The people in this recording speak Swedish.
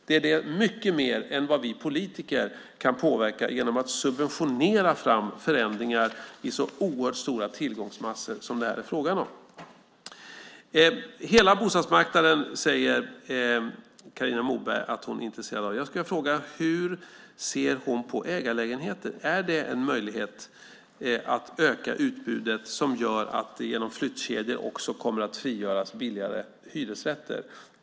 Det är mycket mer än vi politiker kan påverka genom att subventionera fram förändringar i så oerhört stora mängder som det är fråga om. Carina Moberg säger att hon är intresserad av hela bostadsmarknaden. Jag skulle vilja fråga hur hon ser på ägarlägenheter. Är det en möjlighet för att öka utbudet? Det skulle innebära att billigare hyresrätter frigjordes genom flyttkedjor.